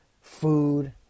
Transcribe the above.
food